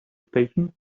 station